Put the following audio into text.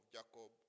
Jacob